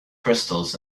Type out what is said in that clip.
crystals